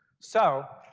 so